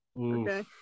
okay